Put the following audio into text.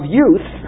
youth